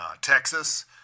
Texas